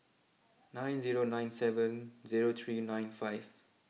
nine zero nine seven zero three nine five